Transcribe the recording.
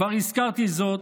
כבר הזכרתי זאת: